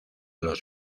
los